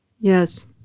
Yes